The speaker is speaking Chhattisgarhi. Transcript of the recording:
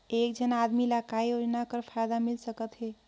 एक झन आदमी ला काय योजना कर फायदा मिल सकथे?